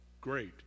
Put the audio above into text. great